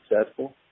successful